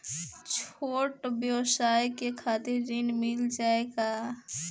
छोट ब्योसाय के खातिर ऋण मिल जाए का?